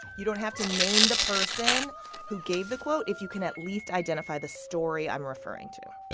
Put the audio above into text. you don't have to name the person who gave the quote if you can at least identify the story i'm referring to.